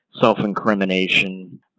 self-incrimination